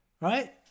right